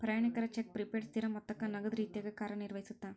ಪ್ರಯಾಣಿಕರ cheque prepaid ಸ್ಥಿರ ಮೊತ್ತಕ್ಕ ನಗದ ರೇತ್ಯಾಗ ಕಾರ್ಯನಿರ್ವಹಿಸತ್ತ